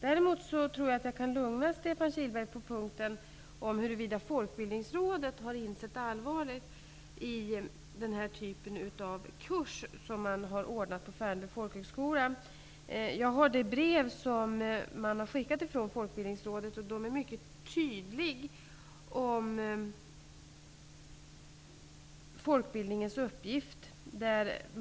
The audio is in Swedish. Däremot kan jag nog lugna Stefan Kihlberg när det gäller frågan om huruvuda Folkbildningsrådet har insett allvaret i att man har anordnat den här typen av kurs på Färnebo folkhögskola. Jag har här det brev som man från Folkbildningsrådet har skickat, i vilket man är mycket tydlig angående folkbildningens uppgift.